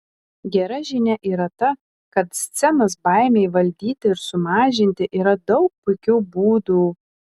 gera žinia yra ta kad scenos baimei valdyti ir sumažinti yra daug puikių būdų